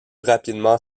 rapidement